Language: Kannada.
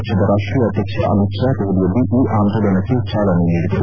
ಪಕ್ಷದ ರಾಷ್ವೀಯ ಅಧ್ಯಕ್ಷ ಅಮಿತ್ ಹಾ ದೆಪಲಿಯಲ್ಲಿ ಈ ಆಂದೋಲನಕ್ಕೆ ಚಾಲನೆ ನೀಡಿದರು